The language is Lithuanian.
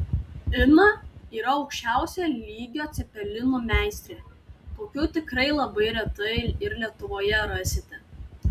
ina yra aukščiausio lygio cepelinų meistrė tokių tikrai labai retai ir lietuvoje rasite